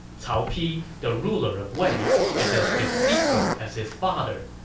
cao pi, the ruler of wei, is as deceitful as his father.